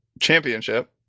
championship